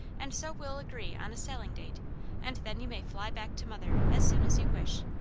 and so we'll agree on a sailing date and then you may fly back to mother as soon as you wish,